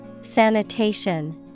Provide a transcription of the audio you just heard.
Sanitation